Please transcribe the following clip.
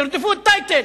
תרדפו את טייטל.